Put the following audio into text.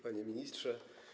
Panie Ministrze!